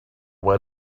why